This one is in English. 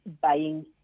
buying